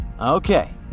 Okay